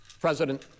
President